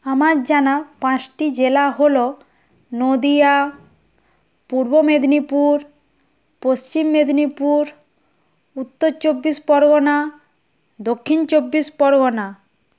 আমার জানা পাঁচটি জেলা হলো নদিয়া পূর্ব মেদিনীপুর পশ্চিম মেদিনীপুর উত্তর চব্বিশ পরগনা দক্ষিণ চব্বিশ পরগনা